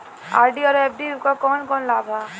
RD और FD क कौन कौन लाभ बा?